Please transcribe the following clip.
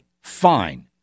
Fine